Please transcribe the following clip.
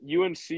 UNC